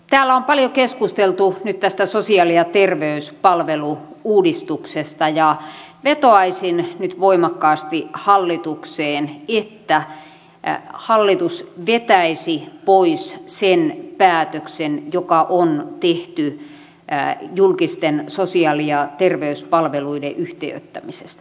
täällä on paljon keskusteltu nyt tästä sosiaali ja terveyspalvelu uudistuksesta ja vetoaisin nyt voimakkaasti hallitukseen että hallitus vetäisi pois sen päätöksen joka on tehty julkisten sosiaali ja terveyspalveluiden yhtiöittämisestä